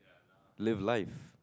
live life